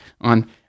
on